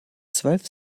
zwölf